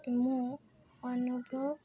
ମୁଁ ଅନୁଭବ